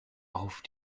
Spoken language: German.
auf